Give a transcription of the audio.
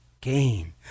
gain